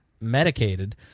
medicated